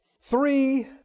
Three